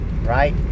right